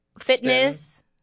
fitness